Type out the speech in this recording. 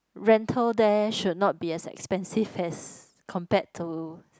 rental there should not be as expensive as compared to